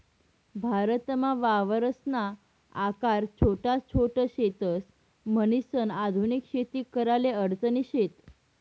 भारतमा वावरसना आकार छोटा छोट शेतस, म्हणीसन आधुनिक शेती कराले अडचणी शेत